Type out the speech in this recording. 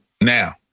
now